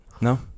No